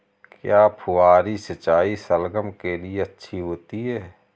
क्या फुहारी सिंचाई शलगम के लिए अच्छी होती है?